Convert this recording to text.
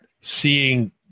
seeing